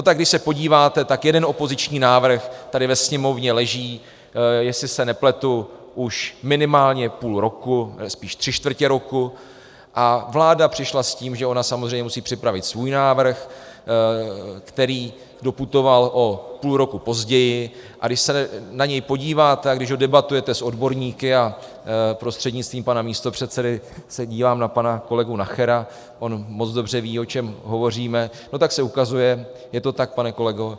Tak když se podíváte, jeden opoziční návrh tady ve Sněmovně leží, jestli se nepletu, už minimálně půl roku, spíš tři čtvrtě roku, a vláda přišla s tím, že ona samozřejmě musí připravit svůj návrh, který doputoval o půl roku později, a když se na něj podíváte a když ho debatujete s odborníky a prostřednictvím pana místopředsedy se dívám na pana kolegu Nachera, on moc dobře ví, o čem hovoříme tak se ukazuje je to tak, pane kolego?